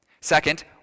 Second